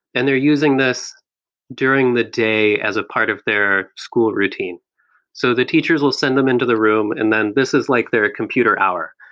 and they're using this during the day as a part of their school routine so the teachers will send them into the room and then this is like their computer hour.